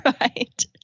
Right